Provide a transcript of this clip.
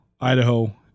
Idaho